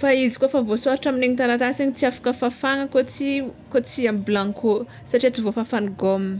fa izy kôfa voasôratra amin'igny taratasy igny tsy afaka fafagna koa tsy koa tsy amy blanco satria tsy voafafan'ny gomme.